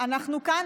אנחנו כאן,